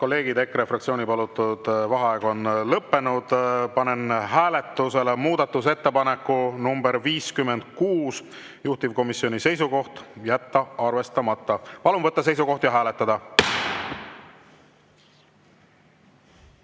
kolleegid! EKRE fraktsiooni palutud vaheaeg on lõppenud. Panen hääletusele muudatusettepaneku nr 56. Juhtivkomisjoni seisukoht on jätta arvestamata. Palun võtta seisukoht ja hääletada!